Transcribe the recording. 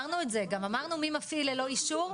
גם אמרנו מי מפעיל ללא אישור,